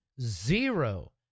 Zero